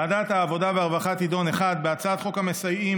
ועדת העבודה והרווחה תדון בהצעת חוק המסייעים